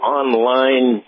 online